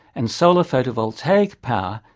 and solar photovoltaic power,